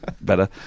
better